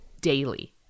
daily